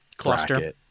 Cluster